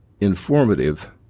informative